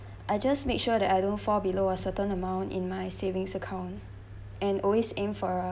I just make sure that I don't fall below a certain amount in my savings account and always aim for